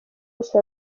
yose